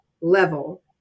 level